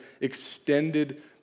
extended